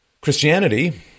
Christianity